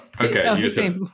okay